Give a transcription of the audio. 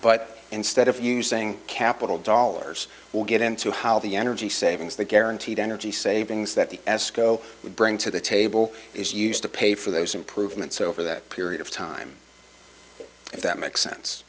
but instead if you're saying capital dollars will get into how the energy savings that guaranteed energy savings that the esko would bring to the table is used to pay for those improvements over that period of time if that makes sense